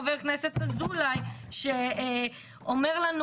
חבר הכנסת אזולאי שאומר לנו,